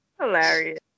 hilarious